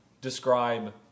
describe